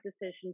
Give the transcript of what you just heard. decision